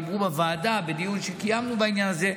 דיברו בוועדה בדיון שקיימנו בעניין הזה.